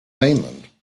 mainland